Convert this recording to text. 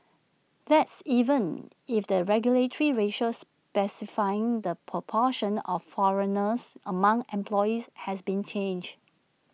that's even if the regulatory ratio specifying the proportion of foreigners among employees has been changed